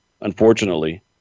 unfortunately